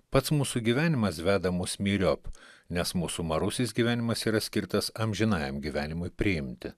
pats mūsų gyvenimas veda mus myriop nes mūsų marusis gyvenimas yra skirtas amžinajam gyvenimui priimti